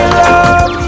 love